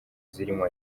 zirimo